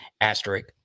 asterisk